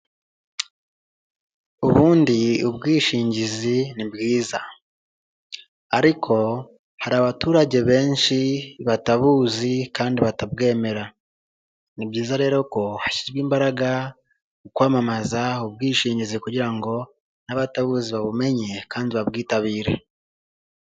Ubundi ubwishingizi ni bwiza. Ariko hari abaturage benshi batabuzi kandi batabwemera. Ni byiza rero ko hashyirwa imbaraga mu kwamamaza ubwishingizi kugira ngo n'abatabuzi babumenye, kandi babwitabire.